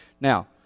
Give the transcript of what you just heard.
Now